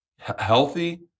healthy